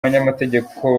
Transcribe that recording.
abanyamategeko